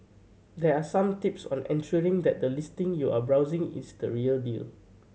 there are some tips on ensuring that the listing you are browsing is the real deal